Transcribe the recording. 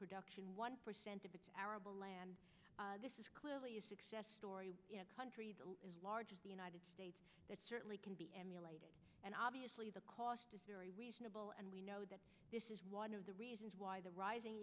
production one percent of the arable land this is clearly a success story country the largest the united states that certainly can be emulated and obviously the cost is very reasonable and we know that this is one of the reasons why the rising